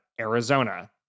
Arizona